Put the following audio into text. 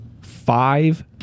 five